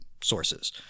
sources